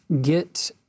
get